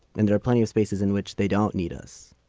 and there are plenty of spaces in which they don't need us.